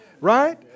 Right